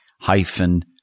hyphen